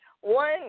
one